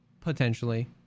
potentially